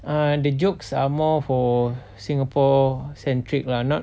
err the jokes are more for singapore centric lah not